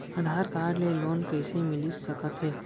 आधार card ले loan कइसे मिलिस सकत हे?